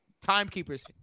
timekeeper's